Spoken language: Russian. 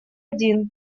один